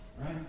right